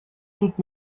тут